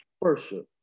worship